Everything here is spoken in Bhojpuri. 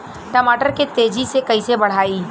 टमाटर के तेजी से कइसे बढ़ाई?